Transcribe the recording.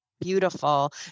beautiful